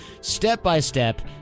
Step-by-step